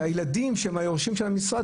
שהילדים שהם היורשים של המשרד,